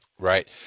Right